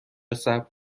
صبر